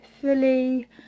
fully